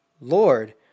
Lord